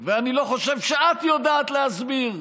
ואני לא חושב שאת יודעת להסביר,